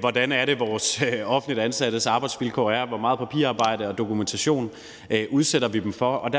hvordan det er, vores offentligt ansattes arbejdsvilkår er, hvor meget papirarbejde og dokumentation vi udsætter dem for,